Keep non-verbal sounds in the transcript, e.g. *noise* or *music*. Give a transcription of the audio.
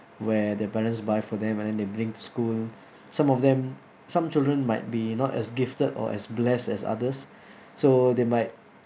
where their parents buy for them and then they bring to school some of them some children might be not as gifted or as blessed as others *breath* so they might